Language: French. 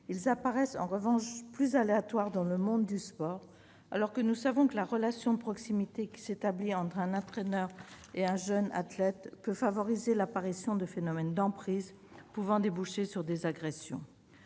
ils paraissent en revanche plus aléatoires dans le monde du sport, alors que nous savons que la relation de proximité qui s'établit entre un entraîneur et un jeune athlète peut favoriser l'apparition de phénomènes d'emprise pouvant déboucher sur des agressions.